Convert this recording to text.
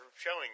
showing